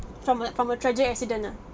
from a from a tragic accident ah